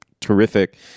terrific